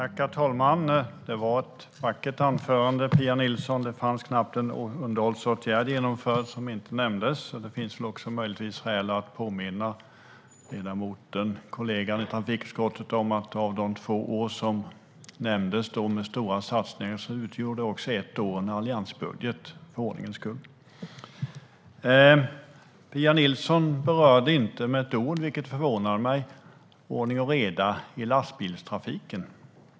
Herr talman! Det var ett vackert anförande, Pia Nilsson. Det fanns knappt en genomförd underhållsåtgärd som inte nämndes. Möjligtvis finns det skäl att för ordningens skull påminna ledamoten och kollegan i trafikutskottet om att det var alliansbudget under ett av de två år med stora satsningar som nämndes. Det förvånar mig att Pia Nilsson inte med ett ord berörde ordning och reda i lastbilstrafiken.